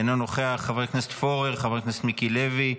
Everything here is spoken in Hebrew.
אינו נוכח, חבר הכנסת פורר, חבר הכנסת מיקי לוי,